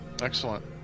excellent